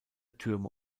türme